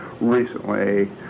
recently